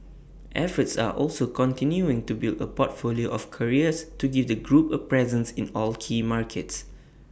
efforts are also continuing to build A portfolio of carriers to give the group A presence in all key markets